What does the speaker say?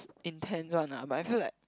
intense one ah but I feel like